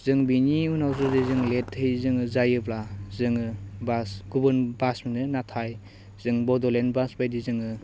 जों बिनि उनाव जुदि जों लेटयै जोङो जायोब्ला जोङो बास गुबुन बास मोनो नाथाय जों बड'लेण्ड बास बादि जोङो